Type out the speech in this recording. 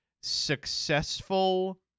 successful